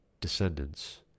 descendants